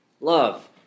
Love